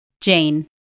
Jane